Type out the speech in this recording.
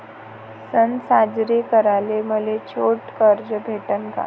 सन साजरे कराले मले छोट कर्ज भेटन का?